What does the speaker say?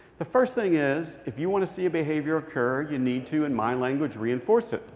the first thing is, if you want to see a behavior occur, you need to, in my language, reinforce it.